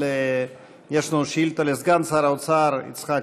אבל יש לנו שאילתה לסגן שר האוצר יצחק